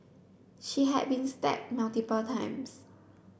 she had been stabbed multiple times